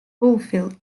fulfil